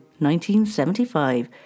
1975